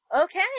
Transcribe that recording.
Okay